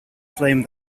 flame